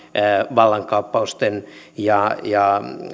vallankaappausten ja ja